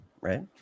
right